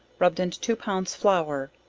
rubbed into two pounds flour,